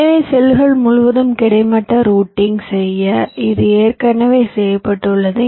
எனவே செல்கள் முழுவதும் கிடைமட்ட ரூட்டிங் செய்ய இது ஏற்கனவே செய்யப்பட்டுள்ளது